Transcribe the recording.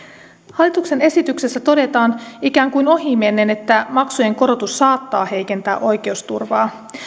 hallituksen esityksessä todetaan ikään kuin ohimennen että maksujen korotus saattaa heikentää oikeusturvaa